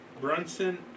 Brunson